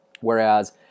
Whereas